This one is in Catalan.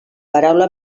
paraula